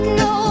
no